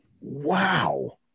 wow